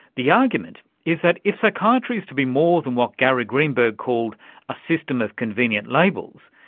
the argument is that if psychiatry is to be more than what gary greenberg called a system of convenient labels,